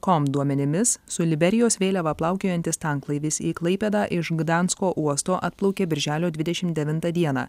kom duomenimis su liberijos vėliava plaukiojantis tanklaivis į klaipėdą iš gdansko uosto atplaukė birželio dvidešim devintą dieną